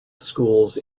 schools